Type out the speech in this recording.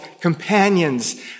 companions